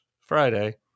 Friday